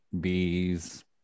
bees